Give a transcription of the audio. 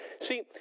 See